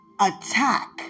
attack